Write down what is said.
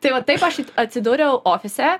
tai va taip aš atsidūriau ofise